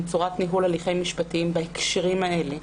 צורת ניהול הליכים משפטיים בהקשרים האלה,